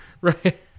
right